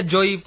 Joy